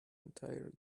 entire